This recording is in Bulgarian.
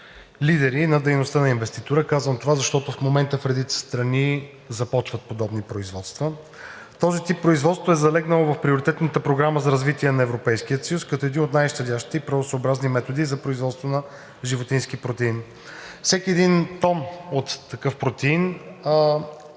лидери на дейността на инвеститора. Казвам това, защото в момента в редица страни започват подобни производства. Този тип производство е залегнал в приоритетната програма за развитие на Европейския съюз като един от най-щадящите и природосъобразните методи за производство на животински протеини. Всеки един тон от такъв протеин